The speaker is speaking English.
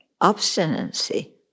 obstinacy